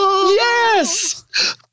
Yes